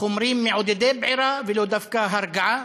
חומרים מעודדי בעירה ולא דווקא הרגעה,